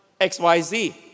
XYZ